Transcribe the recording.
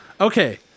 okay